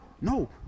no